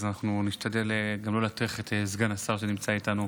אז נשתדל גם לא להטריח את סגן השר שנמצא איתנו.